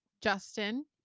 Justin